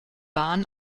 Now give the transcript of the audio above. bahn